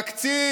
תקציב,